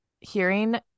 hearing